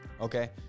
okay